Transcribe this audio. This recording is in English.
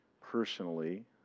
personally